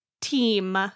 team